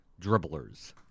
dribblers